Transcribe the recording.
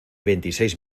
veintiséis